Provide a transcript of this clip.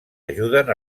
ajuden